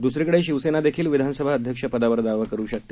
दुसरीकडे शिवसेनादेखील विधानसभा अध्यक्ष पदावर दावा करू शकते